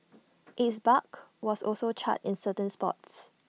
its bark was also charred in certain spots